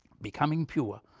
becoming pure,